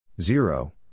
Zero